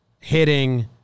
hitting